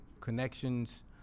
connections